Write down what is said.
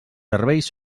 serveis